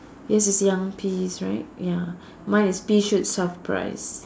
yours is young peas right ya mine is pea shoots half price